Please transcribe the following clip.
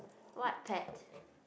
what pet